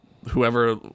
whoever